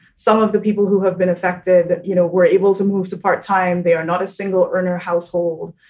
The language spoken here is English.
some of the people who have been affected, you know, were able to move to part time. they are not a single earner household.